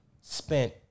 spent